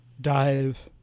Dive